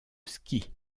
ski